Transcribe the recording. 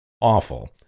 awful